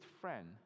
friend